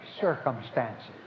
circumstances